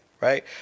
right